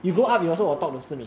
that is true